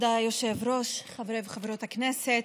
כבוד היושב-ראש, חברי וחברות הכנסת,